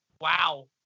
wow